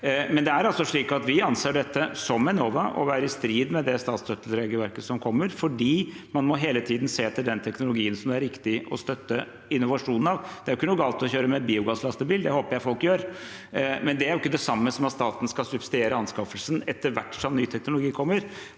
Det er slik at vi, som Enova, anser dette for å være i strid med det statsstøtteregelverket som kommer, for man må hele tiden se etter den teknologien det er riktig å støtte innovasjonen av. Det er ikke noe galt i å kjøre med biogasslastebil – det håper jeg folk gjør – men det er ikke det samme som at staten skal subsidiere anskaffelsen etter hvert som ny teknologi kommer.